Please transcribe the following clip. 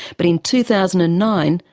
but in two thousand and nine,